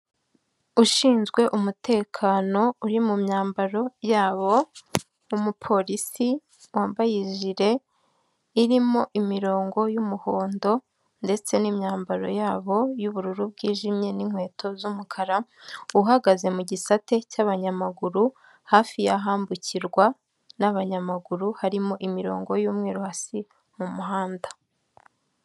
Ushinzwe umutekano uri mu myambaro yabo, umu polisi wambaye jile irimo imirongo y'umuhondo ndetse n'imyambaro yabo y'ubururu bwijimye, n'inkweto z'umukara, uhagaze mu gisate cy'abanyamaguru. Hafi y'ahambukirwa n'abanyamaguru harimo imirongo y'umweru hasi mu muhanda.